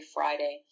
Friday